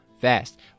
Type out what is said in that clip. fast